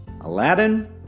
Aladdin